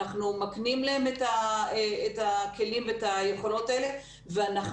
אנחנו מקנים להם את הכלים ואת היכולות האלה ואנחנו